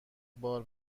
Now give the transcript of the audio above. بار